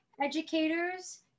educators